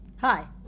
Hi